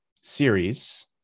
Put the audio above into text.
series